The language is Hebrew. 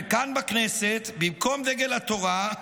כאן, בכנסת, במקום את דגל התורה,